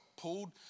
pulled